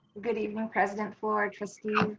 good evening president flour, trustees,